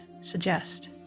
suggest